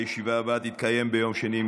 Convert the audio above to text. הישיבה הבאה תתקיים ביום שני,